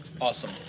Awesome